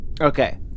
Okay